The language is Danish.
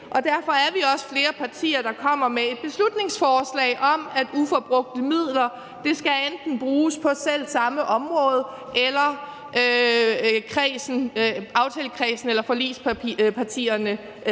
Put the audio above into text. derfor er vi også flere partier, der kommer med et beslutningsforslag om, at uforbrugte midler enten skal bruges på selv samme område, eller at aftalekredsen eller forligspartierne